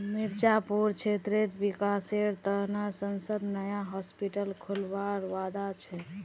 मिर्जापुर क्षेत्रेर विकासेर त न सांसद नया हॉस्पिटल खोलवार वादा छ